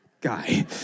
guy